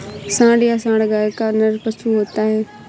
सांड या साँड़ गाय का नर पशु होता है